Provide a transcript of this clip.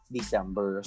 December